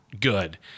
good